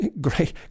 great